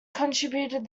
contributed